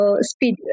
speed